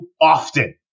often